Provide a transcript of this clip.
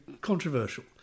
controversial